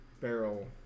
barrel